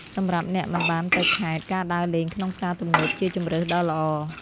សម្រាប់អ្នកមិនបានទៅខេត្ត ការដើរលេងក្នុងផ្សារទំនើបជាជម្រើសដ៏ល្អ។